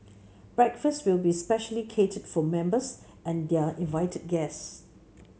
breakfast will be specially catered for members and their invited guests